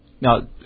Now